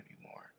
anymore